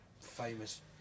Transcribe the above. famous